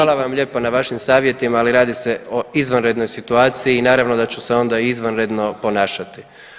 Hvala vam lijepa na vašim savjetima, ali radi se o izvanrednoj situaciji i naravno da ću se onda izvanredno ponašati.